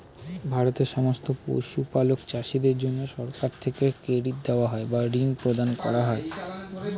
ভারতের সমস্ত পশুপালক চাষীদের জন্যে সরকার থেকে ক্রেডিট দেওয়া হয় বা ঋণ প্রদান করা হয়